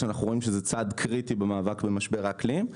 שאנחנו רואים שהוא צעד קריטי במאבק במשבר האקלים.